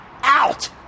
out